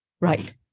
Right